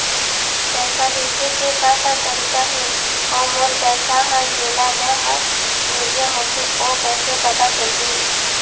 पैसा भेजे के का का तरीका हे अऊ मोर पैसा हर जेला मैं हर भेजे होथे ओ कैसे पता चलही?